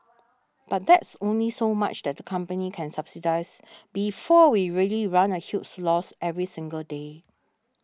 but there's only so much that the company can subsidise before we really run a huge loss every single day